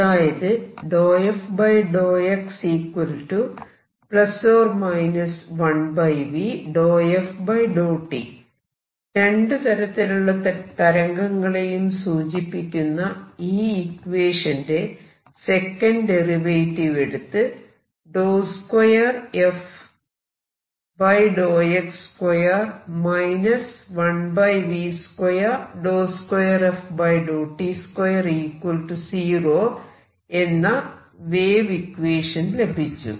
അതായത് രണ്ടു തരത്തിലുള്ള തരംഗങ്ങളെയും സൂചിപ്പിക്കുന്ന ഈ ഇക്വേഷന്റെ സെക്കന്റ് ഡെറിവേറ്റീവ് എടുത്ത് എന്ന വേവ് ഇക്വേഷൻ ലഭിച്ചു